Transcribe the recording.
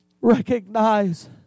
recognize